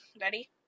Ready